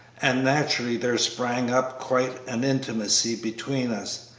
and naturally there sprang up quite an intimacy between us.